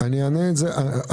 אני אענה על זה אחרת.